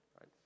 right